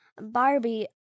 Barbie